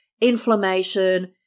inflammation